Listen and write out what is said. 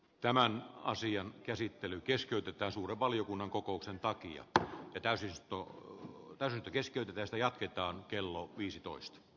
tämän asian käsittely keskeytetään suuren valiokunnan kokouksen takia että pitäisi sataa vähän kesken tästä jatketaan kello viisitoista